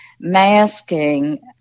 Masking